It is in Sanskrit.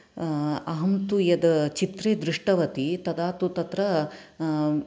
अहं तु यद् चित्रे दृष्टवति तदा तु तत्र